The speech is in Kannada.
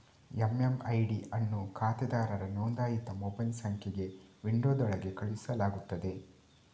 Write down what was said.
ಎಮ್.ಎಮ್.ಐ.ಡಿ ಅನ್ನು ಖಾತೆದಾರರ ನೋಂದಾಯಿತ ಮೊಬೈಲ್ ಸಂಖ್ಯೆಗೆ ವಿಂಡೋದೊಳಗೆ ಕಳುಹಿಸಲಾಗುತ್ತದೆ